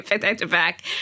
back-to-back